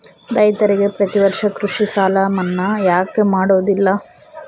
ರೈತರಿಗೆ ಪ್ರತಿ ವರ್ಷ ಕೃಷಿ ಸಾಲ ಮನ್ನಾ ಯಾಕೆ ಮಾಡೋದಿಲ್ಲ?